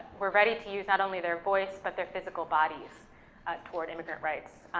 were ready to use not only their voice, but their physical bodies toward immigrant rights,